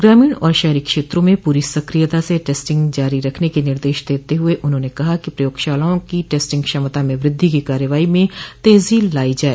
ग्रामीण और शहरी क्षेत्रों में पूरी सक्रियता से टेस्टिंग जारी रखने के निर्देश देते हुए उन्होंने कहा कि प्रयोगशालाओं की टेस्टिंग क्षमता में वृद्धि की कार्यवाही में तेजी लायी जाय